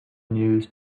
news